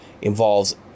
involves